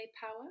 Power